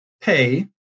pay